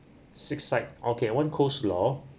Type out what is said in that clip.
six sides okay one coleslaw